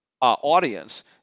audience